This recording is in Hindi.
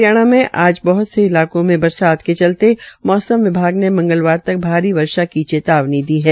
हरियाणा में बहत से इलाकों में बरसात के चलते मौसम विभाग ने मंगलवार तक भारी वर्षा की चेतावनी दी है